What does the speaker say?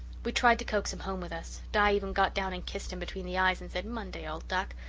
we tried to coax him home with us di even got down and kissed him between the eyes and said, monday, old duck,